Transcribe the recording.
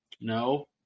No